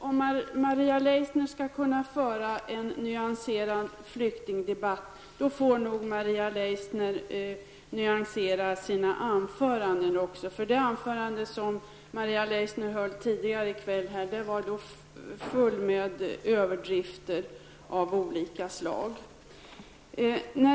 Herr talman! Om Maria Leissner skall kunna föra en nyanserad flyktingdebatt, får nog Maria Leissner nyansera sina anföranden också. För det anförande som Maria Leissner höll tidigare i kväll var fullt med överdrifter av olika slag.